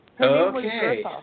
Okay